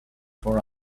for